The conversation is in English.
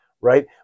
right